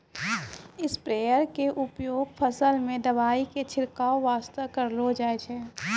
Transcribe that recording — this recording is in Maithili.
स्प्रेयर के उपयोग फसल मॅ दवाई के छिड़काब वास्तॅ करलो जाय छै